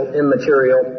immaterial